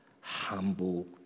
humble